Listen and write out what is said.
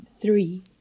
three